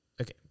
okay